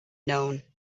known